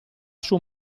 suo